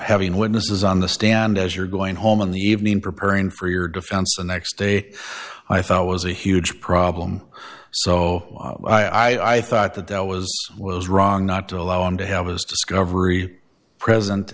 having witnesses on the stand as you're going home in the evening preparing for your defense and next day i thought it was a huge problem so i thought that there was was wrong not to allow him to have his discovery present